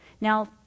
Now